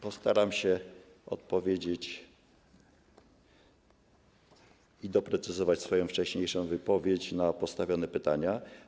Postaram się odpowiedzieć i doprecyzować swoją wcześniejszą odpowiedź na postawione pytania.